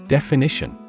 Definition